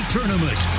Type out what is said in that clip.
Tournament